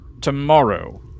tomorrow